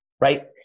right